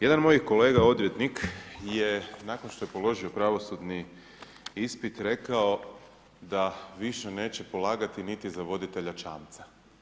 Jedan moj kolega odvjetnik je nakon što je položio pravosudni ispit rekao da više neće polagati niti za voditelja čamca.